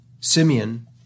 Simeon